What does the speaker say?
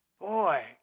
Boy